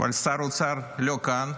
אבל שר האוצר לא כאן.